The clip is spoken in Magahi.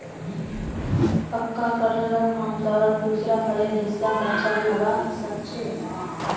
पक्का कटहलक आमतौरत दूसरा फलेर हिस्सा कच्चा खबा सख छि